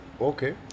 Okay